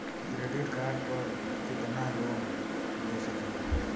Credit card पर कितनालोन ले सकीला?